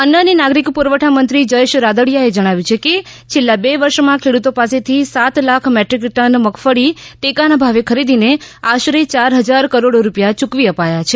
અન્ન અને નાગરિક પ્રરવઠા મંત્રી જયેશ રાદડીયા ને જણાવ્યુ છે કે છેલ્લા બે વર્ષમાં ખેડૂતો પાસેથી સાત લાખ મેટ્રિક ટન મગફળી ટેકાના ભાવે ખરીદીને આશરે યાર હજાર કરોડ રૂપિયા ચૂકવી અપાયા છે